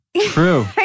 True